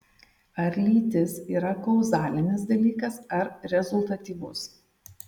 ar lytis yra kauzalinis dalykas ar rezultatyvus